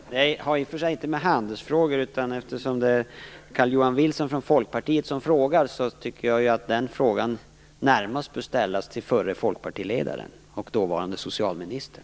Fru talman! Det här har i och för sig inte med handelsfrågor att göra, men eftersom det är Carl Johan Wilson från Folkpartiet som frågar, tycker jag att frågan närmast bör ställas till förre folkpartiledaren och dåvarande socialministern.